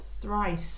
Thrice